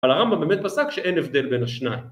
אבל הרמב״ם באמת פסק שאין הבדל בין השניים.